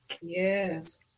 Yes